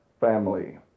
family